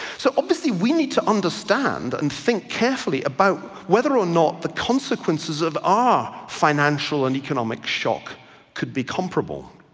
so obviously we need to understand and think carefully about about whether or not the consequences of our financial and economic shock could be comparable.